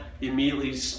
immediately